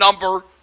number